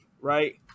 right